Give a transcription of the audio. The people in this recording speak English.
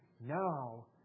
now